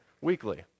weekly